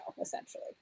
essentially